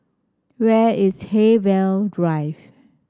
where is Haigsville Drive